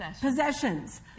possessions